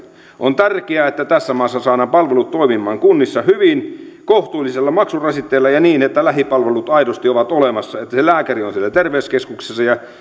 on tärkeää että tässä maassa saadaan palvelut toimimaan kunnissa hyvin kohtuullisella maksurasitteella ja niin että lähipalvelut aidosti ovat olemassa että se lääkäri on siellä terveyskeskuksessa ja